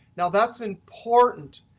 now, that's important.